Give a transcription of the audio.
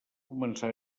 començà